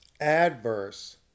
adverse